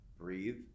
breathe